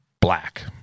Black